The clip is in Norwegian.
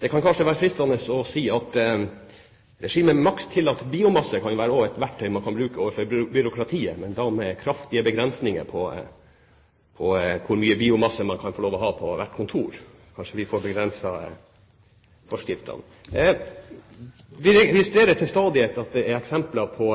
Det kan kanskje være fristende å si at maks tillatt biomasse også kan være et verktøy man kan bruke overfor byråkratiet, men da med kraftige begrensninger for hvor mye biomasse man kan få lov til å ha på hvert kontor. Kanskje vi får begrenset forskriftene? Vi registrerer til stadighet eksempler på